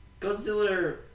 Godzilla